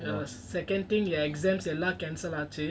err second thing the exams எல்லாம்:ellam cancel ஆச்சு:achu